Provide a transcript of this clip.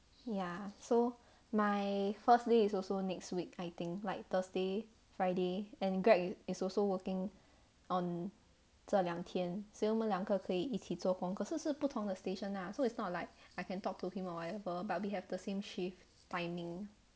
ya so my first day is also next week I think like thursday friday and greg is also working on 这两天所以我们两个可以一起做可是是不同的 station lah so it's not like I can talk to him or whatever but we have the same shift timing